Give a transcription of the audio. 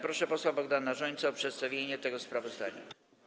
Proszę posła Bogdana Rzońcę o przedstawienie tego sprawozdania.